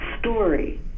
story